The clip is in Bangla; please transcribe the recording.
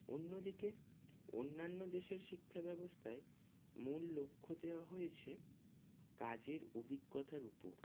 অন্য দিকে অন্যান্য দেশের শিক্ষা ব্যবস্থায় মূল লক্ষ্য দেওয়া হয়েছে কাজের অভিজ্ঞতার উপর